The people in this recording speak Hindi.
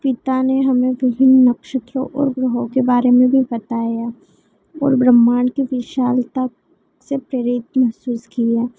पिता ने हमें विभिन्न नक्षत्रों और भूगों के बारे में भी बताया और ब्रह्मांड की विशालता से प्रेरित महसूस किया